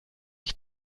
ich